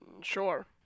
Sure